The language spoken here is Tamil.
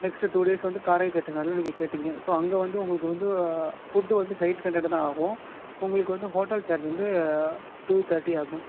நெக்ஸ்ட்டு டூ டேஸ் வந்து காரை செட்டிநாடில் நீங்கள் கேட்டீங்க ஸோ அங்கே வந்து உங்களுக்கு வந்து ஃபுட்டு வந்து எயிட் ஹண்ட்ரட் ஆகும் உங்களுக்கு வந்து ஹோட்டல் சார்ஜ் வந்து டூ தேர்ட்டி ஆகும்